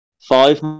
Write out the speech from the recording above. five